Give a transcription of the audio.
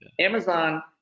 Amazon